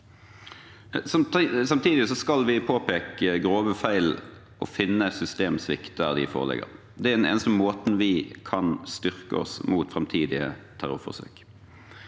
Samtidig skal vi påpeke grove feil og finne systemsvikt der det foreligger. Det er den eneste måten vi kan styrke oss mot framtidige terrorforsøk